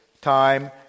time